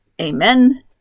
amen